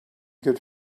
good